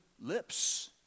lips